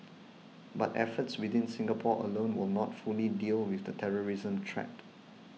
but efforts within Singapore alone will not fully deal with the terrorism threat